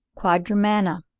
quadrumana.